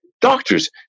Doctors